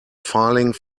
filing